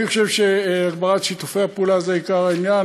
אני חושב שהגברת שיתופי הפעולה זה עיקר העניין.